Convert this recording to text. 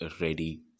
ready